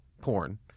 porn